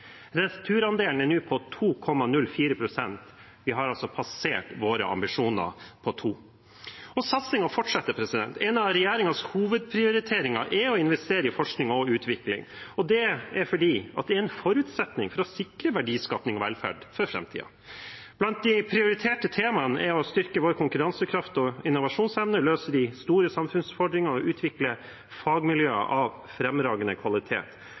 er nå på 2,04 pst. Vi har altså passert våre ambisjoner på 2 pst., og satsingen fortsetter. En av regjeringens hovedprioriteringer er å investere i forskning og utvikling, og det er fordi det er en forutsetning for å sikre verdiskaping og velferd for framtiden. Blant de prioriterte temaene er å styrke vår konkurransekraft og innovasjonsevne, løse de store samfunnsutfordringene og utvikle fagmiljøer av fremragende kvalitet.